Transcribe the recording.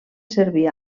servir